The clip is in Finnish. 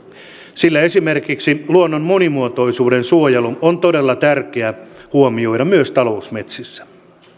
sillä esimerkiksi luonnon monimuotoisuuden suojelu on todella tärkeää huomioida myös talousmetsissä